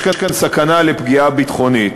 יש כאן סכנה של פגיעה ביטחונית.